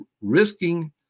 risking